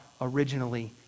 originally